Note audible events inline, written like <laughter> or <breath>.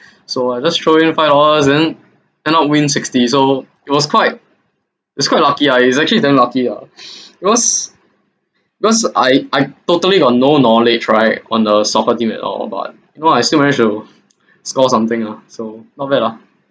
<breath> so I just throw in five dollars then end up win sixty so it was quite is quite lucky ah it's actually damn lucky ah <breath> because <breath> because I I totally got no knowledge right on the soccer team at all but you know I still manage to <breath> score something ah so not bad lah